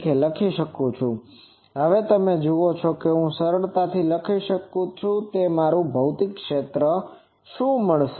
તેથી હવે તમે જુઓ છો કે હું સરળતાથી કહી શકું કે મારું ભૌતિક ક્ષેત્ર શું છે